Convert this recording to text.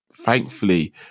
thankfully